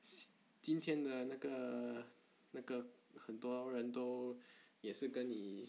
今天的那个那个很多人都也是跟你